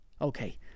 Okay